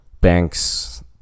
banks